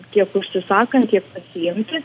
tiek užsisakant tiek pasiimti